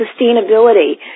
sustainability